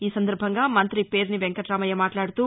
ఈ సందర్భంగా మంతి పేర్ని వెంకటామయ్య మాట్లాడుతూ